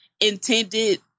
intended